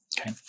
Okay